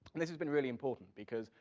this has been really important because,